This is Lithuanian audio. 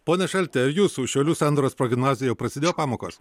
pone šalti jūsų šiaulių sandoros progimnazijoj jau prasidėjo pamokos